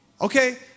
Okay